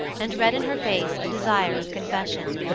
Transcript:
and read in her face a desire of confession.